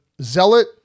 zealot